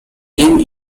game